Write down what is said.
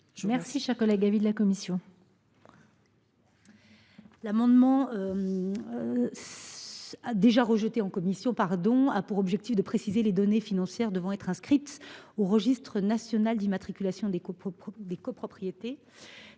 Quel est l’avis de la commission ? Cet amendement, qui a déjà été rejeté en commission, a pour objet de préciser les données financières devant être inscrites au registre national d’immatriculation des copropriétés.